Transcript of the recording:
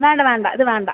വേണ്ട വേണ്ട ഇത് വേണ്ട